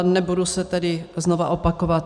Nebudu se tedy znova opakovat.